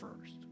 first